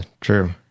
true